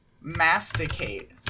masticate